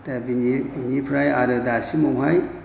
दा बेनिफ्राय आरो दासिमावहाय